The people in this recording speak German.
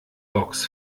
box